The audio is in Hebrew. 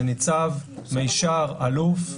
זה ניצב, מישר, אלוף.